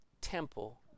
temple